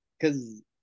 cause